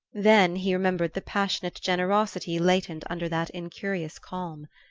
then he remembered the passionate generosity latent under that incurious calm.